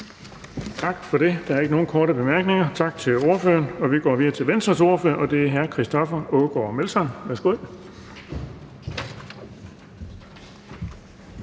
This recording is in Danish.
Bonnesen): Der er ikke nogen korte bemærkninger. Tak til ordføreren. Vi går videre til Venstres ordfører, og det er hr. Christoffer Aagaard Melson. Værsgo.